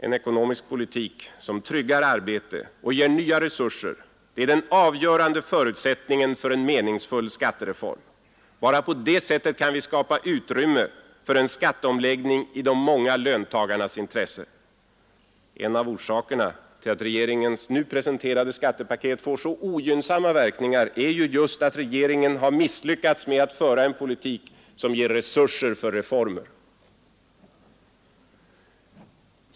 En ekonomisk politik, som tryggar arbete och ger nya resurser, är den avgörande förutsättningen för en meningsfull skattereform. Bara på det sättet kan vi skapa utrymme för en skatteomläggning i de många löntagarnas intresse. En av orsakerna till att regeringens nu presenterade skattepaket får så ogynnsamma verkningar är just att regeringen har misslyckats med att föra en politik, som ger resurser för reformer.